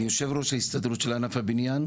אני יושב ראש ההסתדרות של ענף הבניין,